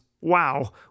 Wow